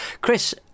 Chris